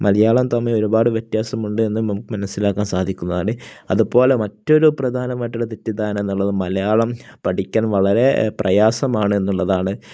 മലയാളവും തമിഴും ഒരുപാട് വ്യത്യാസമുണ്ട് എന്നും നമുക്ക് മനസ്സിലാക്കാൻ സാധിക്കുന്നതാണ് അതുപോലെ മറ്റൊരു പ്രധാനമായിട്ടുള്ള തെറ്റിദ്ധരണ എന്നുള്ളത് മലയാളം പഠിക്കാൻ വളരെ പ്രയാസമാണ് എന്നുള്ളതാണ്